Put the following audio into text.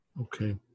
Okay